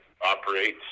operates